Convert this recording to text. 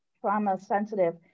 trauma-sensitive